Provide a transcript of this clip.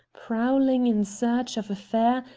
prowling in search of a fare,